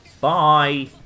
bye